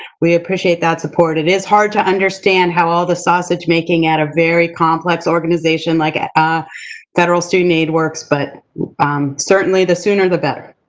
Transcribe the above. we appreciate that support. it is hard to understand how all the sausage making at a very complex organization like ah federal student aid works, but certainly the sooner, the better.